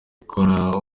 gukora